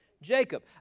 Jacob